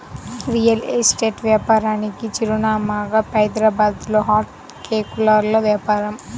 real estate వ్యాపారానికి చిరునామాగా హైదరాబాద్లో హాట్ కేకుల్లాగా వ్యాపారం